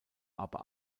aber